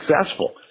successful